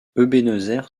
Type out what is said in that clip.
ebenezer